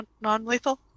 Non-lethal